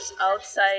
outside